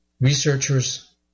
Researchers